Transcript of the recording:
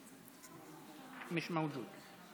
מוש מווג'וד.